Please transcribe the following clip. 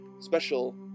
special